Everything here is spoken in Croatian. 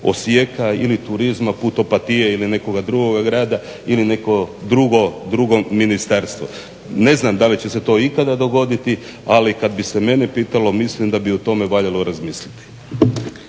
Osijeka ili turizma, put Opatije ili nekoga drugog grada ili neko drugo ministarstvo. Ne znam da li će se to ikada dogoditi, ali kad bi se mene pitalo mislim da bi o tome valjalo razmisliti.